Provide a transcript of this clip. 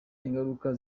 ingaruka